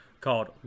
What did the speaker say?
Called